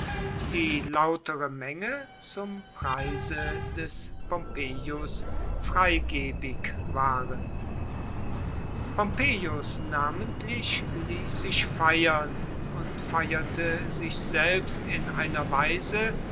die lautere menge zum preise des pompeius freigebig waren pompeius namentlich ließ sich feiern und feierte sich selbst in einer weise